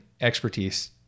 expertise